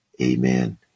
Amen